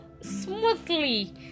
smoothly